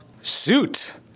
Suit